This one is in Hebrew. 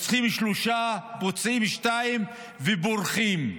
רוצחים שלושה, פוצעים שניים ובורחים,